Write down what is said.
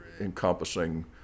encompassing